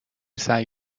سعی